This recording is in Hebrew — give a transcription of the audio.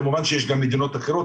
כמובן שיש גם מדינות אחרות,